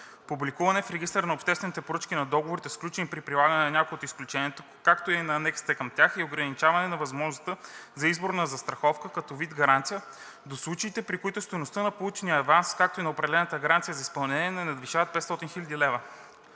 публикуване в Регистъра на обществените поръчки на договорите, сключени при прилагане на някои от изключенията, както и анексите към тях, и ограничаване на възможността за избор на застраховка като вид гаранция до случаите, при които стойността на получения аванс, както и на определената гаранция за изпълнение, не надвишава 500 хил. лв.